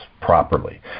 properly